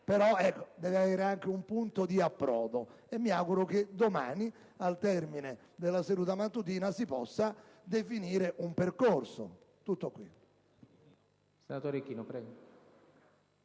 deve anche avere un punto di approdo e mi auguro che domani, al termine della seduta antimeridiana, si possa definire un percorso.